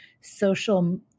social